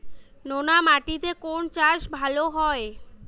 নোনা মাটিতে কোন চাষ ভালো হয়?